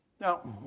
Now